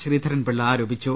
ശ്രീധരൻപിള്ള ആരോപിച്ചു